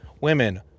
women